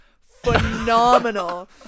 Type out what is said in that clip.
phenomenal